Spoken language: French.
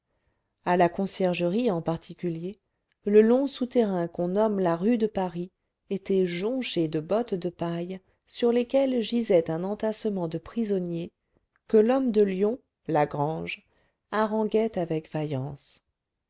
à la conciergerie en particulier le long souterrain qu'on nomme la rue de paris était jonché de bottes de paille sur lesquelles gisait un entassement de prisonniers que l'homme de lyon lagrange haranguait avec vaillance